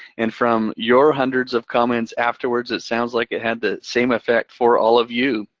and from your hundreds of comments afterwards, it sounds like it had the same affect for all of you.